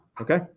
Okay